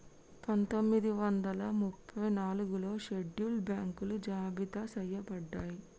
పందొమ్మిది వందల ముప్పై నాలుగులో షెడ్యూల్డ్ బ్యాంకులు జాబితా చెయ్యబడ్డయ్